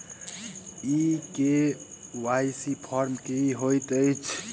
ई KYC form की हएत छै?